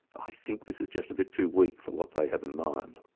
i think this is just a bit too weak for what they have in mind.